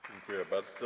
Dziękuję bardzo.